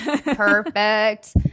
perfect